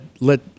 let